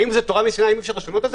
האם זה תורה מסיני ואי-אפשר לשנות את זה?